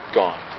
gone